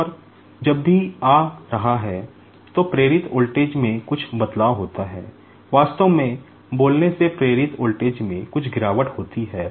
और जब भी आ रहा है तो प्रेरित वोल्टेज में कुछ बदलाव होता है वास्तव में बोलने से प्रेरित वोल्टेज में कुछ गिरावट होती है